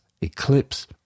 Eclipse